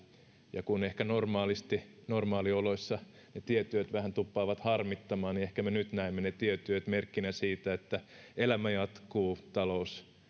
ja kun normaalisti normaalioloissa ne tietyöt ehkä vähän tuppaavat harmittamaan niin ehkä me nyt näemme ne tietyöt merkkinä siitä että elämä jatkuu talous